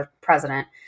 president